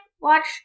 Watched